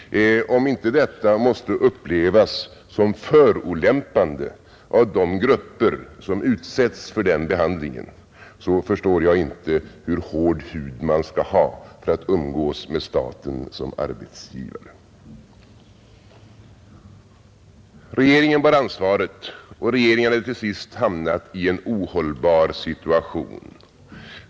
Om inte detta måste upplevas som förolämpande av de grupper som utsätts för den behandlingen, då förstår jag inte hur hård hud man skall ha för att kunna umgås med staten såsom arbetsgivare. Regeringen bär ansvaret, och regeringen har nu till sist hamnat i en ohållbar situation.